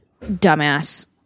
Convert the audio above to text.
dumbass